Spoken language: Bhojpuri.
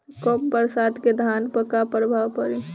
कम बरसात के धान पर का प्रभाव पड़ी?